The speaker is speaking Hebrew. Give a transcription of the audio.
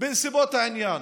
בנסיבות העניין.